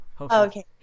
Okay